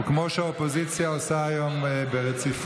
כמו שהאופוזיציה עושה היום ברציפות,